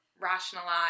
Rationalize